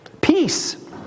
Peace